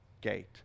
gate